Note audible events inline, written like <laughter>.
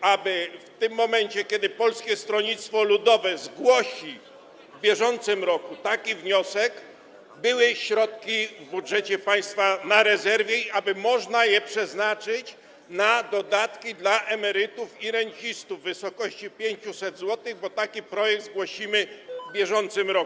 aby w tym momencie, kiedy Polskie Stronnictwo Ludowe zgłosi w bieżącym roku taki wniosek, były środki w budżecie państwa na rezerwy, aby można było je przeznaczyć na dodatki dla emerytów i rencistów w wysokości 500 zł, bo taki projekt zgłosimy w bieżącym <noise> roku.